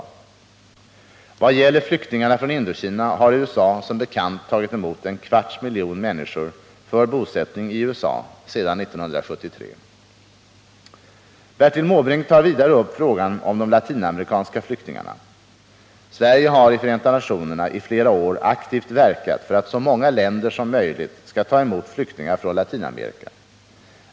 I vad gäller flyktingarna från Indokina har USA som bekant sedan 1975 tagit emot en kvarts miljon människor för bosättning i USA. Bertil Måbrink tar vidare upp frågan om de latinamerikanska flyktingarna. Sverige har i Förenta nationerna i flera år aktivt verkat för att så många länder som möjligt skall ta emot flyktingar från Latinamerika.